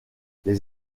les